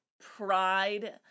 pride